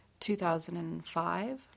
2005